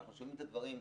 אנחנו שומעים את הדברים.